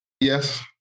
Yes